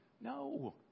No